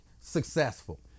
successful